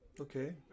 Okay